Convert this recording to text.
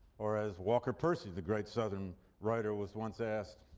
or as walker percy, the great southern writer, was once asked